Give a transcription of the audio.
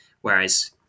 whereas